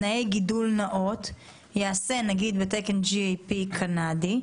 תנאי גידול נאות ייעשה בתקן GAP קנדי,